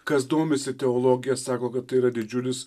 kas domisi teologija sako kad tai yra didžiulis